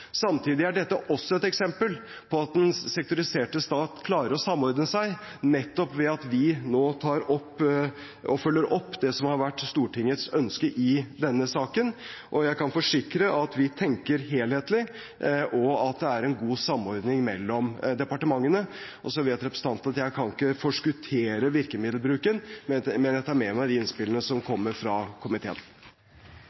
Samtidig er dette også et eksempel på at den sektoriserte stat klarer å samordne seg, nettopp ved at vi nå følger opp det som har vært Stortingets ønske i denne saken. Jeg kan forsikre om at vi tenker helhetlig, og at det er en god samordning mellom departementene. Så vet representanten at jeg ikke kan forskuttere virkemiddelbruken, men jeg tar med meg de innspillene som